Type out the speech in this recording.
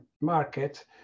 market